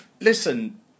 Listen